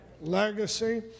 legacy